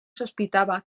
sospitava